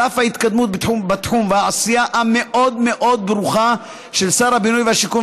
על אף ההתקדמות בתחום והעשייה המאוד-מאוד ברוכה של שר הבינוי והשיכון,